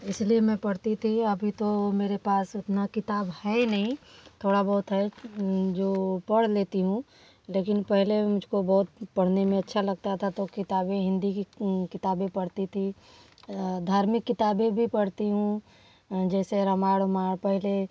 इसलिए मैं पढ़ती थी अभी तो मेरे पास उतना किताब है नहीं थोड़ा बहुत है जो पढ़ लेती हूँ लेकिन पहले मुझको बहुत पढ़ने में अच्छा लगता था तो किताबें हिंदी की किताबें पढ़ती थी धार्मिक किताबें भी पढ़ती हूँ जैसे रामायण उमायण पहले